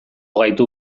gaitu